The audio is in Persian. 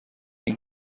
این